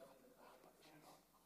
בבקשה, חמש דקות.